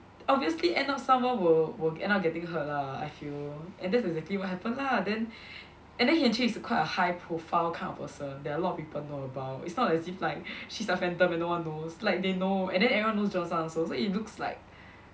obviously end up someone will will end up getting hurt lah I feel and that's exactly what happened lah then and then Hian Ching is quite a high profile kind of person that a lot of people know about it's not as if like she's the phantom and no one knows like they know and then everyone knows Johnson also so it looks like